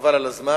חבל על הזמן.